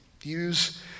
Use